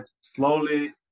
slowly